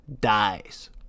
dies